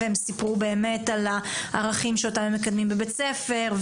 והם סיפרו באמת על הערכים שאותם הם מקדמים בבית הספר,